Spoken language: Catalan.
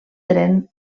tren